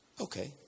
Okay